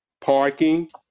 parking